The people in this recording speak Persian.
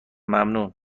ممنون